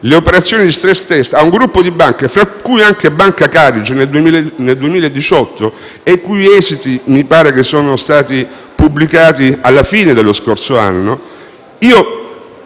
le operazioni di *stress test* di un gruppo di banche, tra cui anche Banca Carige, nel 2018 (i cui esiti mi pare siano stati pubblicati alla fine dello scorso anno), io